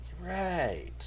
Right